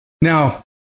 Now